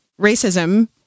racism